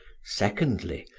secondly,